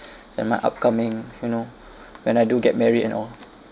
and my upcoming you know when I do get married and all